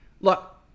Look